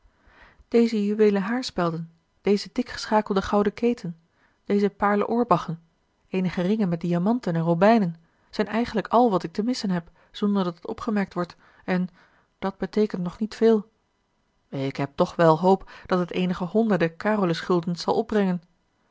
deze juweelen haarspelden deze dik geschakelde gouden keten deze paarlen oorbaggen eenige ringen met diamanten en robijnen zijn eigenlijk al wat ik te missen heb zonderdat het opgemerkt wordt en dat beteekent nog niet veel ik heb toch wel hoop dat het eenige honderden carolusguldens zal opbrengen